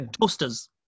toasters